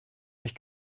mich